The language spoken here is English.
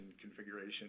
configuration